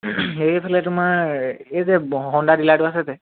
সেইফালে তোমাৰ এই যে সৌন্দাই ডিলাৰটো আছে যে